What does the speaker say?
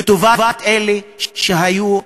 לטובת אלה שהיו,